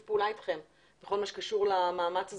פעולה אתכם בכל מה שקשור למאמץ הזה,